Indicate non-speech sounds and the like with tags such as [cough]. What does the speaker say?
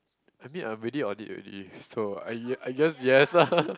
I mean I am already audit already so I I guess yes lah [laughs]